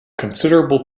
considerable